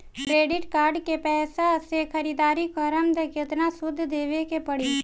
Credit card के पैसा से ख़रीदारी करम त केतना सूद देवे के पड़ी?